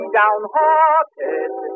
downhearted